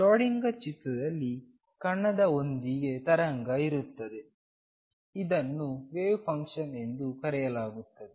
Schrodinger ಚಿತ್ರದಲ್ಲಿ ಕಣದ ಒಂದಿಗೆ ತರಂಗ ಇರುತ್ತದೆ ಇದನ್ನು ವೇವ್ ಫಂಕ್ಷನ್ ಎಂದು ಕರೆಯಲಾಗುತ್ತದೆ